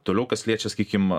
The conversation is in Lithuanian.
toliau kas liečia sakykim